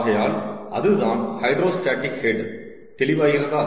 ஆகையால் அதுதான் hydrostatic head தெளிவாகிறதா